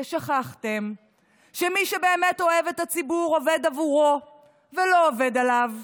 ששכחתם שמי שבאמת אוהב את הציבור עובד עבורו ולא עובד עליו.